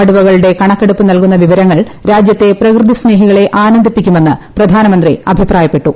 കടുവകളുടെ കണക്കെടുപ്പ് നൽകുന്ന വിവരങ്ങൾ രാജ്യത്തെ പ്രകൃതി സ്നേഹികളെ ആനന്ദിപ്പിക്കുമെന്ന് പ്രധാനമന്ത്രി അഭിപ്രായപ്പെട്ടു